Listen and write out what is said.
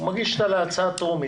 הוא מגיש אותה כהצעה טרומית.